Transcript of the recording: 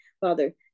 father